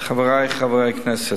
חברי חברי הכנסת,